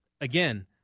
again